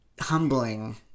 humbling